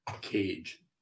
cage